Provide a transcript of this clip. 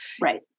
Right